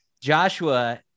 joshua